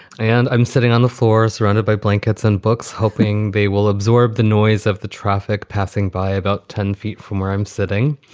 and i'm sitting on the floor surrounded by blankets and books, hoping they will absorb the noise of the traffic passing by about ten feet from where i'm sitting.